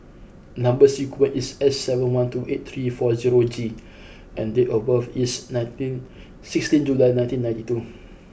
number sequence is S seven one two eight three four zero G and date of birth is nineteen sixteenth July nineteen ninety two